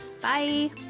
bye